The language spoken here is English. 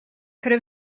could